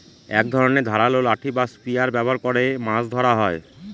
এক ধরনের ধারালো লাঠি বা স্পিয়ার ব্যবহার করে মাছ ধরা হয়